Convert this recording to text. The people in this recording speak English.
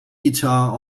guitar